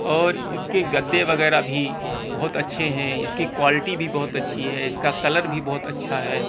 اور اس کے گدے وغیرہ بھی بہت اچھے ہیں اس کی کوالٹی بھی بہت اچھی ہے اس کا کلر بھی بہت اچھا ہے